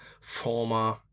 former